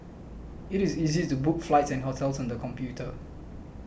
it is easy to book flights and hotels on the computer